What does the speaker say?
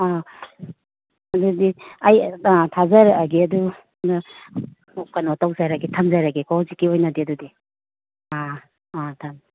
ꯑꯥ ꯑꯗꯨꯗꯤ ꯑꯩ ꯑꯥ ꯊꯥꯖꯔꯛꯑꯒꯦ ꯑꯗꯨꯒ ꯀꯩꯅꯣ ꯇꯧꯖꯔꯒꯦ ꯊꯝꯖꯔꯒꯦꯀꯣ ꯍꯧꯖꯤꯛꯀꯤ ꯑꯣꯏꯅꯗꯤ ꯑꯗꯨꯗꯤ ꯑꯥ ꯑꯥ ꯊꯝꯃꯦ